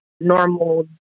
normal